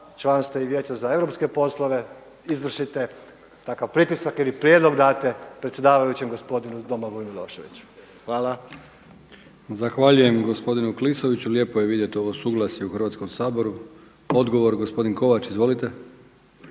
član ste i Vijeća za europske poslove, izvršite takav pritisak ili prijedlog date predsjedavajućem gospodinu Domagoju Miloševiću. Hvala. **Brkić, Milijan (HDZ)** Zahvaljujem gospodinu Klisoviću. Lijepo je vidjeti ovo suglasje u Hrvatskom saboru. Odgovor gospodin Kovač. Izvolite!